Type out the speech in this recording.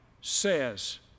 says